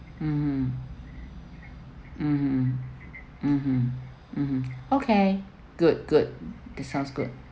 mmhmm mmhmm mmhmm mmhmm okay good good that sounds good